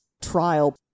trial